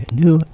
new